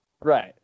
Right